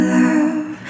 love